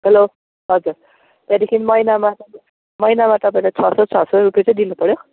hello हजर त्यहाँदेखि महिनामा चाहिँ महिनामा पहिले छ सौ छ सौ रुपियाँ चाहिँ दिनुपर्यो